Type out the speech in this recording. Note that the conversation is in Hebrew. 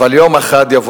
אבל יום יבוא